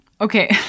Okay